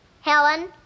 Helen